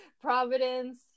Providence